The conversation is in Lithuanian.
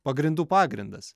pagrindų pagrindas